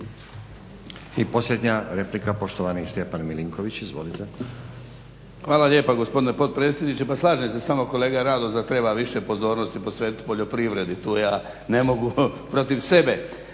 I posljednja replika, poštovani Stjepan Milinković. Izvolite. **Milinković, Stjepan (HDZ)** Hvala lijepa gospodine potpredsjedniče. Pa slažem se s vama kolega Radoš da treba više pozornosti posvetiti poljoprivredi tu ja ne mogu protiv sebe.